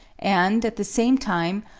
and, at the same time,